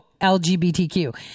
LGBTQ